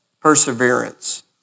Perseverance